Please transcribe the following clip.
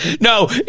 No